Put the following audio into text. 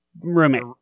roommate